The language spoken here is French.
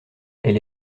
elle